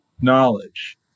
knowledge